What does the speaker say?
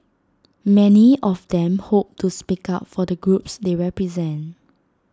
many of them hope to speak up for the groups they represent